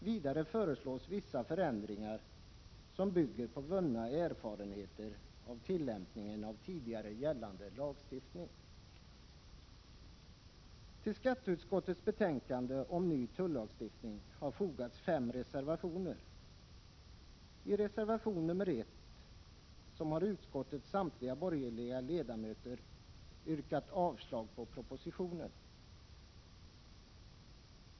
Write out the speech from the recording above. Vidare föreslås vissa förändringar som bygger på vunna erfarenheter av tillämpningen av tidigare gällande lagstiftning. Till skatteutskottets betänkande om ny tullagstiftning har fogats fem reservationer. I reservation nr 1 har utskottets samtliga borgerliga ledamöter yrkat avslag på propositionen.